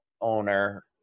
owner